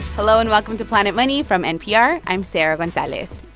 hello, and welcome to planet money from npr. i'm sarah gonzalez.